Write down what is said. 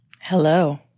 Hello